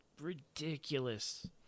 ridiculous